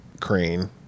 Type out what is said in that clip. Crane